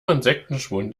insektenschwund